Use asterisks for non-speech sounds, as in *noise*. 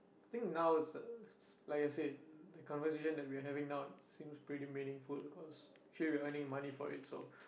think now it's a it's like I said the conversation that we are having now it seems pretty meaningful cause we actually earning money for it so *breath*